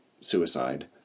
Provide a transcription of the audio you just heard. suicide